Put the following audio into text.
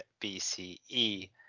BCE